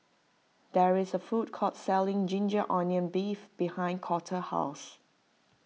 there is a food court selling Ginger Onions Beef behind Colter's house